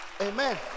Amen